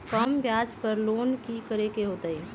कम ब्याज पर लोन की करे के होतई?